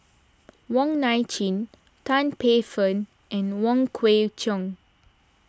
Wong Nai Chin Tan Paey Fern and Wong Kwei Cheong